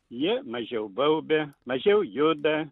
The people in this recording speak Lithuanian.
ji mažiau baubia mažiau juda